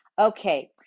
Okay